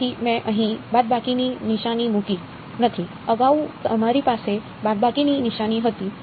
તેથી મેં અહીં બાદબાકીની નિશાની મૂકી નથી અગાઉ અમારી પાસે બાદબાકીની નિશાની હતી